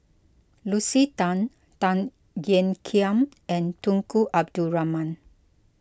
Lucy Tan Tan Ean Kiam and Tunku Abdul Rahman